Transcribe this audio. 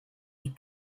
les